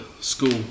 school